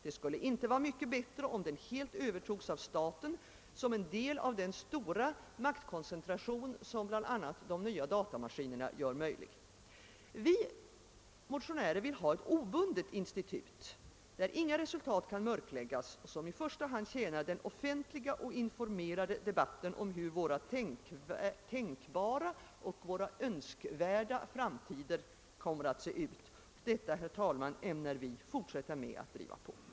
Det skulle inte vara mycket bättre om den helt övertogs av staten som en del av den stora maktkoncentration som bl.a. de nya datamaskinerna gör möjlig. Vi motionärer vill ha ett obundet institut, där inga resultat kan mörkläggas och som i första hand tjänar den offentliga och informerade debatten om hur våra tänkbara och våra önskvärda framtider kommer att se ut. Detta, herr talman, ämnar vi fortsätta med att driva hårt.